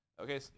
Okay